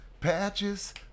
Patches